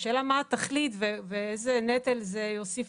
השאלה מה התכלית ואיזה נטל זה יוסיף